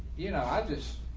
you know, i just